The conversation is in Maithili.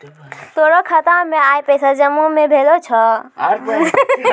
तोरो खाता मे आइ पैसा जमा नै भेलो छौं